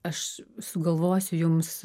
aš sugalvosiu jums